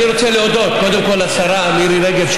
אני רוצה להודות קודם כול לשרה מירי רגב,